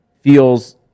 feels